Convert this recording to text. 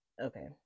Okay